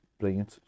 brilliant